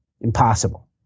impossible